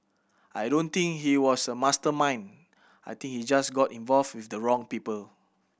I don't think he was a mastermind I think he just got involved with the wrong people